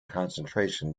concentration